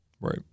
Right